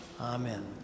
Amen